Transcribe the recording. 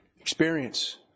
experience